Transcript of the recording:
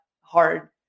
hard